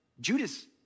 Judas